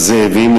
הזאבים,